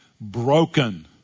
broken